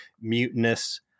mutinous